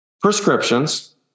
prescriptions